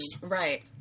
right